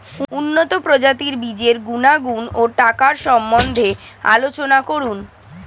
উন্নত প্রজাতির বীজের গুণাগুণ ও টাকার সম্বন্ধে আলোচনা করুন